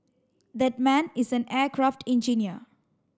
that man is an aircraft engineer